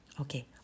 Okay